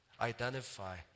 identify